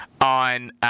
on